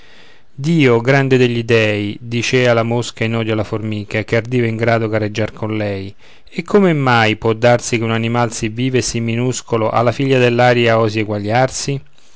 dio grande degli dèi dicea la mosca in odio alla formica che ardiva in grado gareggiar con lei e come mai può darsi che un animal sì vile e sì minuscolo alla figlia dell'aria osi eguagliarsi